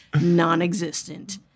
non-existent